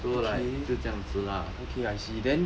so like 就这样子啦